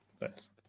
nice